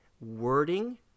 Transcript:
wording